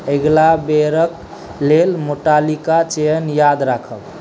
अगिला बेरक लेल मेटालिका चयन याद राखब